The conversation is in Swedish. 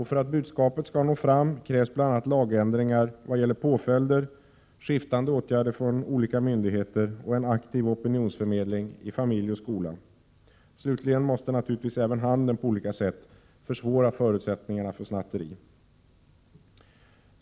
För att budskapet skall nå fram krävs bl.a. lagändringar vad gäller påföljder, skiftande åtgärder från olika myndigheter och en aktiv opinionsförmedling i familj och skola. Slutligen måste naturligtvis även handeln på olika sätt försvåra förutsättningarna för snatteri.